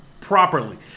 properly